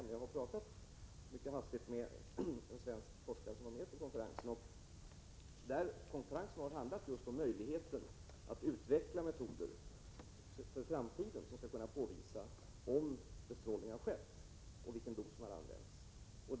Jag har som hastigast talat med en svensk forskare som var på konferensen. Konferensen har handlat just om möjligheten att utveckla metoder för framtiden med vilka man skall kunna påvisa om bestrålning skett och vilken dos som använts.